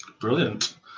Brilliant